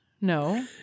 no